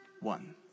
one